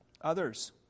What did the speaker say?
others